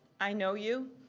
i know you,